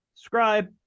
Subscribe